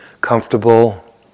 comfortable